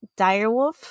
Direwolf